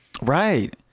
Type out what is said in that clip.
right